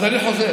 אזי אני חוזר.